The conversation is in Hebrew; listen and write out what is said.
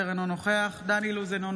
אינו נוכח יולי יואל אדלשטיין,